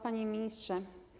Panie Ministrze!